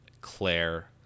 Claire